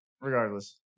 Regardless